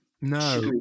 No